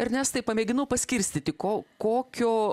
ernestai pamėginau paskirstyti ko kokio